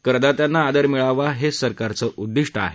करदात्यांना आदर मिळावा हे सरकारचे उद्दिष्ट आहे